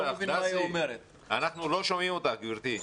אנחנו לא שומעים אותך, גבירתי.